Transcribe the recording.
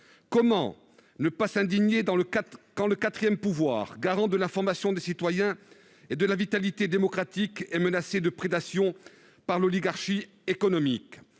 comment ne pas s'indigner dans le quand le 4ème pouvoir garant de la formation des citoyens et de la vitalité démocratique et menacé de prédation par l'oligarchie économique,